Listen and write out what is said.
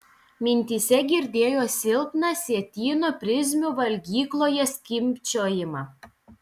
mintyse girdėjo silpną sietyno prizmių valgykloje skimbčiojimą